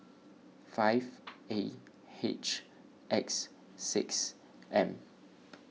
five A H X six M